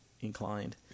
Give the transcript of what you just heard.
inclined